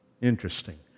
Interesting